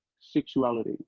sexuality